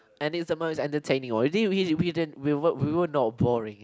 and it's the most entertaining one we din we din we din we were we were not boring